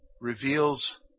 reveals